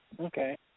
Okay